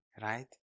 right